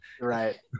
right